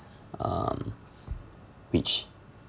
um which